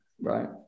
right